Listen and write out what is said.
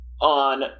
on